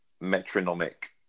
metronomic